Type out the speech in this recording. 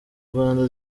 rwanda